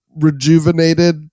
rejuvenated